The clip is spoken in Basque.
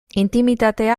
intimitatea